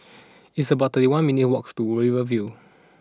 it's about thirty one minutes' walks to Rivervale